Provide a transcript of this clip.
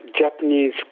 Japanese